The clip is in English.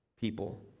people